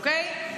אוקיי?